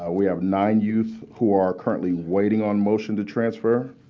we have nine youth who are currently waiting on motion to transfer.